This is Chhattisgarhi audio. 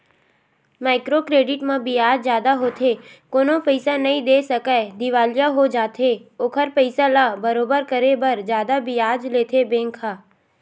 माइक्रो क्रेडिट म बियाज जादा होथे कोनो पइसा नइ दे सकय दिवालिया हो जाथे ओखर पइसा ल बरोबर करे बर जादा बियाज लेथे बेंक ह